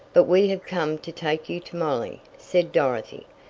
but we have come to take you to molly, said dorothy,